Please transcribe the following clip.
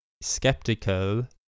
skeptical